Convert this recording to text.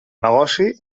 negoci